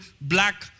black